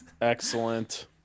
Excellent